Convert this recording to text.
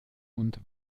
und